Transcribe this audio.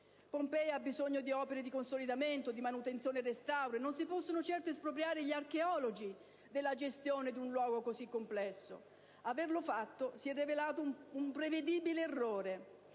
Pompei ha bisogno di opere di consolidamento, di manutenzione e restauro, e non si possono certo espropriare gli archeologi della gestione di un luogo così complesso. Averlo fatto si è rivelato com'era prevedibile un errore,